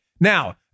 Now